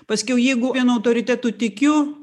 paskiau jeigu autoritetu tikiu